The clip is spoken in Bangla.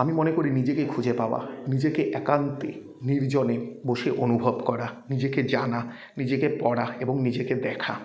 আমি মনে করি নিজেকে খুঁজে পাওয়া নিজেকে একান্তে নির্জনে বসে অনুভব করা নিজেকে জানা নিজেকে পড়া এবং নিজেকে দেখা